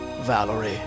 Valerie